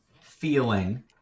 feeling